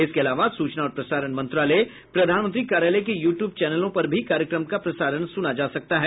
इसके अलावा सूचना और प्रसारण मंत्रालय प्रधानमंत्री कार्यालय के यूट्यूब चैनलों पर भी कार्यक्रम का प्रसारण सुना जा सकता है